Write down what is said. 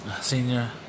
senior